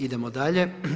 Idemo dalje.